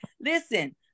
Listen